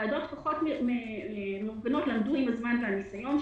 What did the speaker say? ועדות פחות מאורגנות למדו עם הזמן והניסיון,